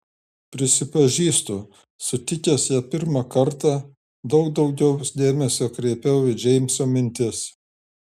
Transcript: prisipažįstu sutikęs ją pirmą kartą daug daugiau dėmesio kreipiau į džeimso mintis